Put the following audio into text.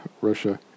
Russia